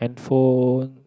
phone